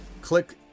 Click